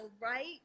right